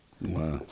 Wow